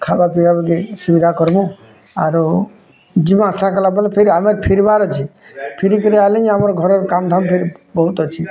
ଖାଇବା ପିଇବା ବେଗି ସୁବିଧା କରମୁଁ ଆରୁ ଯିବା ସଂକାଲେ ବେଲଲେ ଫିର୍ ଆମେ ଫିର୍ବାର ଅଛି ଫିରିକିରି ଆଇଲେ ହିଁ ଆମର୍ ଘରର୍ କାମ୍ ଧାମ୍ ବହୁତ୍ ଅଛି